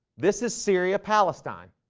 this is syria palestine